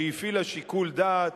שהפעילה שיקול דעת,